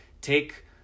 take